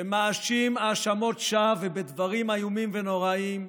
שמאשים בהאשמות שווא ובדברים איומים ונוראיים,